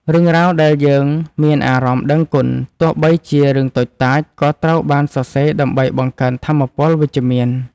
រឿងរ៉ាវដែលយើងមានអារម្មណ៍ដឹងគុណ ទោះបីជារឿងតូចតាច ក៏ត្រូវបានសរសេរដើម្បីបង្កើនថាមពលវិជ្ជមាន។